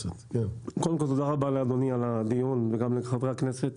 קודם כל תודה רבה לאדוני על הדיון וגם לחברי הכנסת.